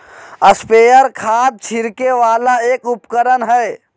sprayer खाद छिड़के वाला एक उपकरण हय